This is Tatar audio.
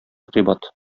кыйбат